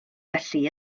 felly